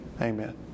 Amen